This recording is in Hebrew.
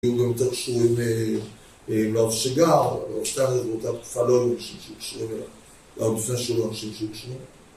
היו גם יותר קשורים לרב שג"ר, הרב שטיינזלץ באותה תקופה לא היו אנשים שהיו קשורים אליו, זה היה עוד לפני שהיו לו אנשים שהיו קשורים.